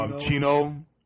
Chino